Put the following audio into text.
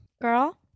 girl